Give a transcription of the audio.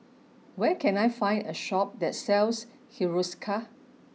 where can I find a shop that sells Hiruscar